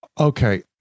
Okay